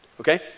okay